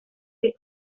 che